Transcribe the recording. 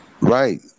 Right